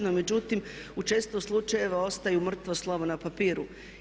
No međutim u često slučajeva ostaju mrtvo slovo na papiru.